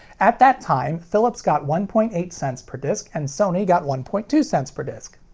at that time, philips got one point eight cents per disc, and sony got one point two cents per disc.